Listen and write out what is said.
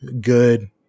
good